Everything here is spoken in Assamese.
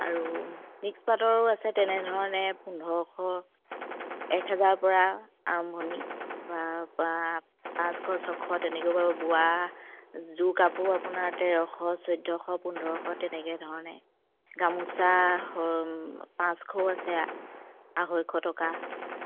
আৰু মিক্স পাটৰো আছে তেনেধৰণে পোন্ধৰশ এক হেজাৰৰপৰা আৰম্ভণি বা পাঁচশ ছশ তেনেকৈয়ো বাৰু বোৱা যোৰ কাপোৰ আপোনাৰ তেৰশ চৈধ্যশ পোন্ধৰশ তেনেকৈ ধৰণে গামোচা পাঁচশও আছে আঢ়ৈশ টকা